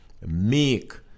make